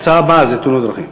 ההצעה הבאה זה תאונות דרכים.